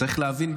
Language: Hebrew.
צריך להבין,